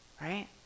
right